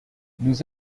nous